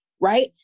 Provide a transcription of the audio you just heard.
right